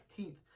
15th